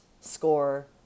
score